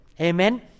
Amen